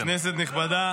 כנסת נכבדה